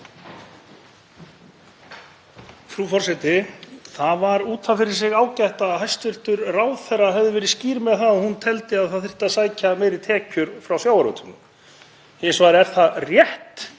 Frú forseti. Það var út af fyrir sig ágætt að hæstv. ráðherra hefði verið skýr með það að hún teldi að það þyrfti að sækja meiri tekjur frá sjávarútveginum. Hins vegar er það rétt